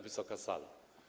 Wysoka Salo!